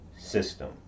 system